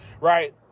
right